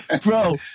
Bro